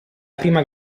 prima